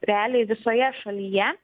realiai visoje šalyje